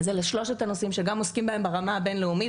אלה שלושת הנושאים שגם עוסקים בהם ברמה הבין-לאומית,